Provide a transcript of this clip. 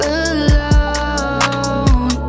alone